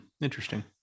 interesting